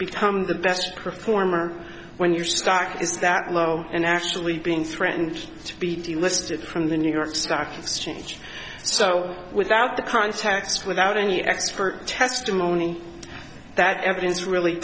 become the best performer when your stock is that low and actually being threatened to be delisted from the new york stock exchange so without the context without any expert testimony that evidence really